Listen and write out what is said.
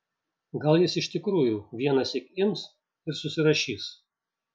gal jis iš tikrųjų vienąsyk ims ir susirašys